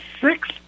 six